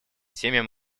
семьям